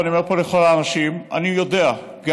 ואני אומר פה לכל האנשים: אני יודע גם